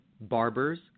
barbers